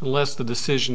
unless the decision